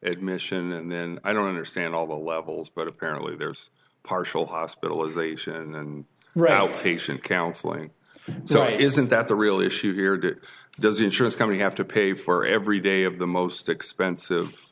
admission and then i don't understand all the levels but apparently there's partial hospitalization and route patient counseling so isn't that the real issue here does insurance company have to pay for every day of the most expensive